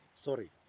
Sorry